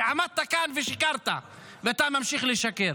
ועמדת כאן ושיקרת, ואתה ממשיך לשקר.